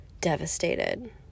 devastated